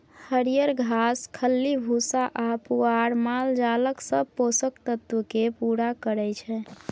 हरियर घास, खल्ली भुस्सा आ पुआर मालजालक सब पोषक तत्व केँ पुरा करय छै